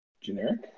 Generic